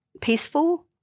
Peaceful